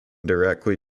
directly